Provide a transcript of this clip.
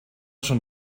schon